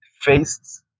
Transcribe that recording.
faced